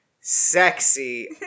sexy